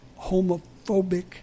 homophobic